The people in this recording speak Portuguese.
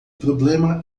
problema